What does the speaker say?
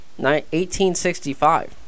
1865